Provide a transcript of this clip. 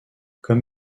comme